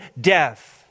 death